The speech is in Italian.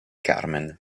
carmen